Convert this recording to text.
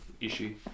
issue